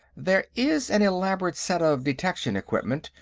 there is an elaborate set of detection equipment,